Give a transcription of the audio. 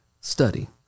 study